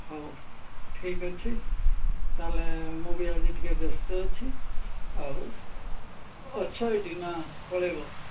ହଉ ଠିକ୍ ଅଛି ତା'ହେଲେ ମୁଁ ବି ଆଜି ଟିକିଏ ବ୍ୟସ୍ତ ଅଛି ଆଉ ଅଛ ଏଇଠି ନା ପଳେଇବ